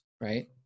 right